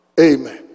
Amen